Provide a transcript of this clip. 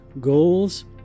goals